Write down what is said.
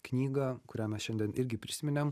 knygą kurią mes šiandien irgi prisiminėm